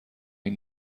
این